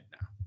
now